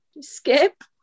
Skip